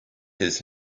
his